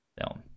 film